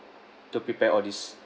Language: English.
to prepare all these